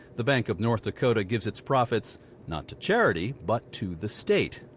the bank of north dakota gives its profits not to charity but to the state.